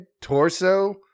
torso